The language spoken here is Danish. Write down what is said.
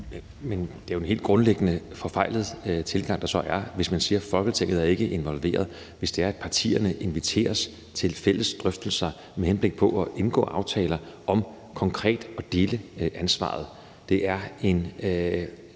er det jo en helt forfejlet tilgang, der så er, hvis man siger, at Folketinget ikke er involveret, hvis partierne inviteres til fælles drøftelser med henblik på at indgå aftaler om konkret at dele ansvaret. Hvis man